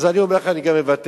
אז אני אומר לך: אני גם מוותר.